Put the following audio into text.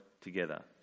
together